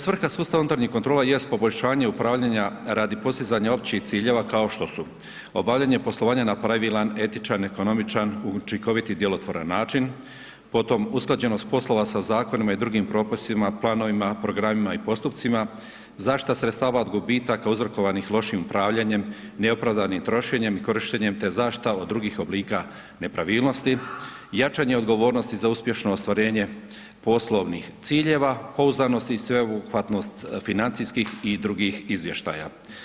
Svrha sustav unutarnjih kontrola jest poboljšanje upravljanja radi postizanja općih ciljeva, kao što su obavljanje poslovanja na pravilan, etičan, ekonomičan, učinkovit i djelotvoran način, potom, usklađenost poslova sa zakoni i drugim propisima planovima, programima i postupcima, zaštita sredstava od gubitaka uzrokovanih loših upravljanjem neopravdanim trošenjem i korištenjem te zaštita od drugih oblika nepravilnosti, jačanje odgovornosti za uspješno ostvarenje poslovnih ciljeva, pouzdanosti i sveobuhvatnost financijskih i drugih izvještaja.